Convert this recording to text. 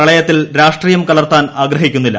പ്രളയത്തിൽ രാഷ്ട്രീയം കലർത്താൻ ആഗ്രഹിക്കുന്നില്ല